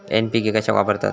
NPK कशाक वापरतत?